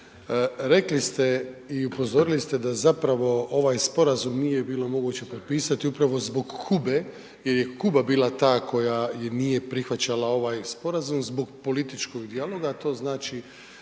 rekli ste i upozorili ste da zapravo ovaj sporazum nije bilo moguće potpisati upravo zbog Kube jer je Kuba bila ta koja nije prihvaćala ovaj sporazum zbog političkog dijaloga, a to znači